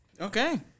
Okay